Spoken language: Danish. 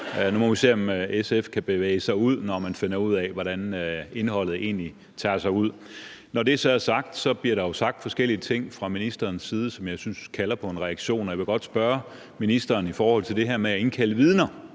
nu må vi se, om SF kan bevæge sig ud, når man finder ud af, hvordan indholdet egentlig tager sig ud. Når det så er sagt, bliver der jo sagt forskellige ting fra ministerens side, som jeg synes kalder på en reaktion, og jeg vil godt spørge ministeren om her med at indkalde vidner,